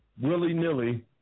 willy-nilly